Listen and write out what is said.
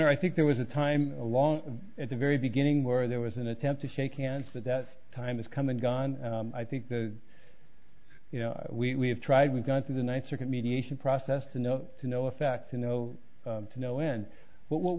or i think there was a time along at the very beginning where there was an attempt to shake hands that that time has come and gone i think the you know we have tried we've gone through the ninth circuit mediation process to know to no effect you know to no end but what